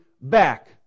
back